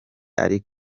ari